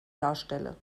darstelle